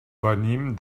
venim